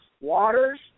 waters